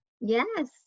Yes